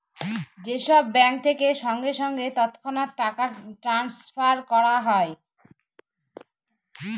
যে সব ব্যাঙ্ক থেকে সঙ্গে সঙ্গে তৎক্ষণাৎ টাকা ট্রাস্নফার করা হয়